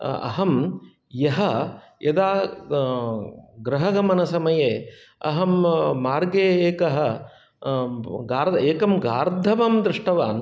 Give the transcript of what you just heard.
अहं यः यदा गृहगमनसमये अहं मार्गे एकः ग एकं गार्दभं दृष्टवान्